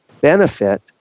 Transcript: benefit